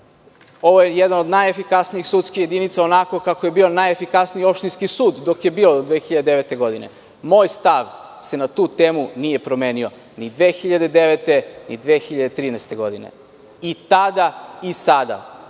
Ovo je jedna od najefikasnijih sudskih jedinica onako kako je bio najefikasniji opštinski sud dok je bio 2009. godine. Moj stav se na tu temu nije promenio ni 2009. godine, ni 2013. godine. I tada i sada